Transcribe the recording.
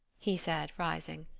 he said, rising.